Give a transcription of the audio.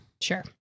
Sure